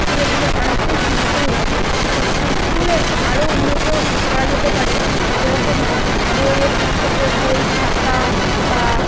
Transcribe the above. ছেলে মেয়েদের অনেকটাই সমস্যা হচ্ছে তো স্কুলে আরও উন্নত করা যেতে পারে যেরকম বইয়ের দিক থেকে বই খাতা বা